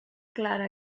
clara